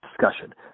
discussion